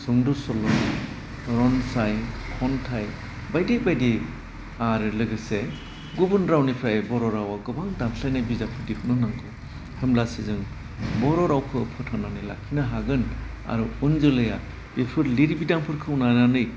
सुंद' सल' रनसाइ खन्थाइ बायदि बायदि आरो लोगोसे गुबुन रावनिफ्राय बर' रावाव गोबां दानस्लायनाय बिजाबखौ दिहुन्नो नांगौ होमब्लासो जों बर' रावखौ फोथांनानै लाखिनो हागोन आरो उन जोलैआ बेफोर लिरबिदांफोरखौ लानानै